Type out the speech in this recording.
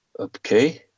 Okay